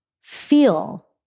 feel